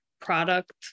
product